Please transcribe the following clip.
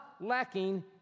lacking